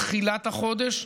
בתחילת החודש,